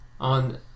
on